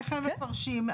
איך הם מפרשים.